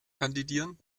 kandidieren